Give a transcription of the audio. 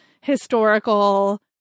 historical